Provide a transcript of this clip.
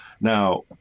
Now